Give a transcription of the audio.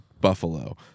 buffalo